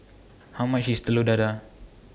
How much IS Telur Dadah